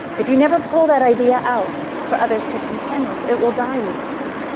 if you never pull that idea out for others to contend with, it will die with you.